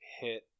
hit